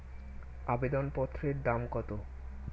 আবেদন পত্রের দাম কত?